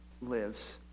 lives